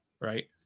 Right